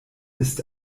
ist